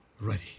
Ready